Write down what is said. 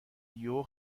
یهو